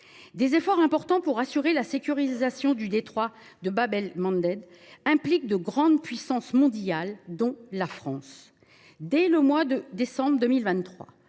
Des efforts importants pour assurer la sécurisation du détroit de Bab el Mandeb impliquent de grandes puissances mondiales, dont la France. Dès le mois de décembre 2023,